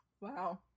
wow